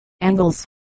angles